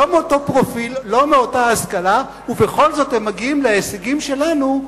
לא באותו פרופיל ולא מאותה ההשכלה ובכל זאת הם מגיעים להישגים שלנו",